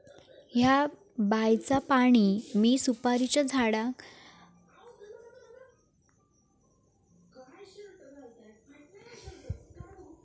हया बायचा पाणी मी सुपारीच्या झाडान कडे कसा पावाव?